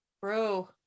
bro